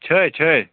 چھِ ہَے چھِ ہَے